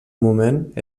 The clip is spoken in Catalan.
moment